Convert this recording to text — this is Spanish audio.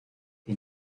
que